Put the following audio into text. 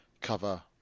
cover